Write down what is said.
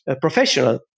professional